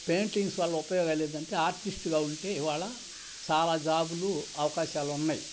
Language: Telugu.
పెయింటింగ్స్ వల్ల ఉపయోగాలేందంటే ఆర్టిస్ట్గా ఉంటే ఇవాళ చాలా జాబులు అవకాశాలు ఉన్నయి